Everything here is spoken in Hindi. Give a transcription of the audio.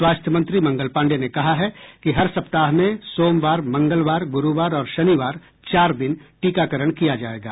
स्वास्थ्य मंत्री मंगल पांडे ने कहा है कि हर सप्ताह में सोमवार मंगलवार गुरूवार और शनिवार चार दिन टीकाकरण किया जाएगा